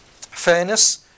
Fairness